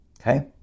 Okay